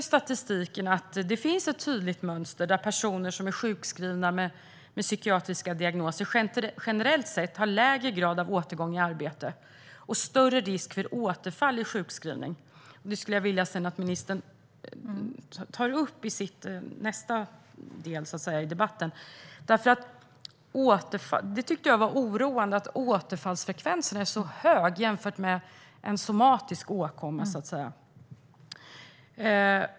Statistiken visar att det finns ett tydligt mönster vad gäller personer som är sjukskrivna med psykiatriska diagnoser. Generellt sett har de lägre återgång i arbete och större risk för återfall i sjukskrivning. Jag skulle vilja att ministern tar upp detta i sitt nästa anförande. Jag tycker att det är oroande att återfallsfrekvensen är så hög jämfört med en somatisk åkomma.